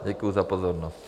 Děkuji za pozornost.